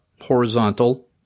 horizontal